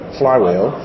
flywheel